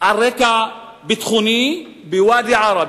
על רקע ביטחוני בוואדי-עארה,